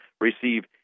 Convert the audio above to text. receive